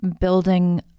building